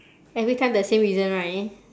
every time the same reason right